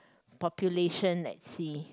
population at sea